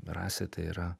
rasė tai yra